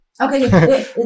Okay